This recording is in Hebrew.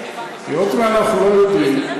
היות שאנחנו לא יודעים,